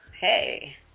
Hey